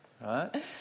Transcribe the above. Right